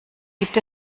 gibt